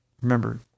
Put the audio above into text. Remember